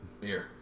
beer